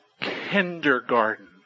kindergarten